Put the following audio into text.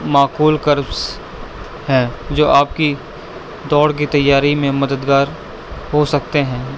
معقول کربس ہیں جو آپ کی دوڑ کی تیاری میں مددگار ہو سکتے ہیں